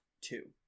two